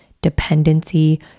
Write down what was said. dependency